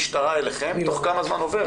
אליכם, כמה זמן עובר.